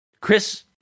chris